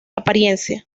apariencia